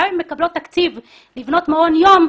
גם אם הן מקבלות תקציב לבנות מעון יום,